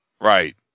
right